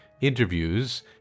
interviews